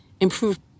improved